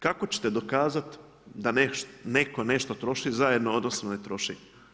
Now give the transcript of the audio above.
Kako ćete dokazati da netko nešto troši zajedno odnosno ne troši?